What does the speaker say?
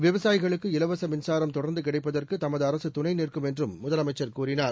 விவசாயிகளுக்கு இலவச மின்சாரம் தொடர்ந்து கிடைப்பதற்கு தமது அரசு துணை நிற்கும் என்றும் முதலமைச்சர் கூறினார்